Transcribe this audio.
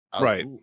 Right